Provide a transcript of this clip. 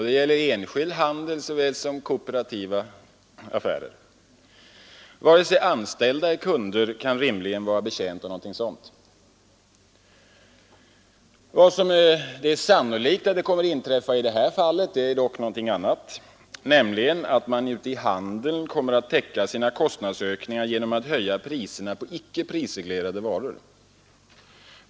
Det gäller enskild handel såväl som kooperativa affärer. Varken anställda eller kunder kan rimligen vara betjänta av någonting sådant. Vad som sannolikt kommer att inträffa i det här fallet är dock någonting annat, nämligen att handeln kommer att täcka sina kostnadsökningar genom att höja priserna på icke prisreglerade varor.